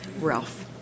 Ralph